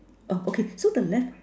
uh okay so the left